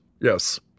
Yes